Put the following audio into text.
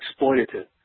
exploitative